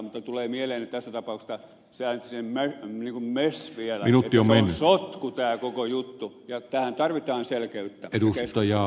mutta tulee mieleen nyt tässä tapauksessa että hän äänsi sen niin kuin mess vielä että on sotku tämä koko juttu ja tähän tarvitaan selkeyttä ja keskustelua